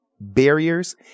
barriers